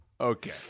Okay